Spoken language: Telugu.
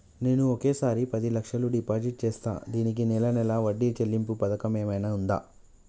నేను ఒకేసారి పది లక్షలు డిపాజిట్ చేస్తా దీనికి నెల నెల వడ్డీ చెల్లించే పథకం ఏమైనుందా?